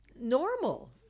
normal